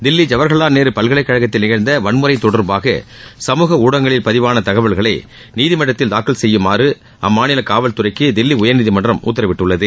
தில்லி ஜவஹர்வால் நேரு பல்கலைக்கழகத்தில் நிகழ்ந்த வன்முறை தொடர்பாக சமூக ஊடகங்களில் பதிவாள தகவல்களை நீதிமன்றத்தில் தாக்கல் செய்யுமாறு அம்மாநில காவல்துறைக்கு தில்லி உயர்நீதிமன்றம் உத்தரவிட்டுள்ளது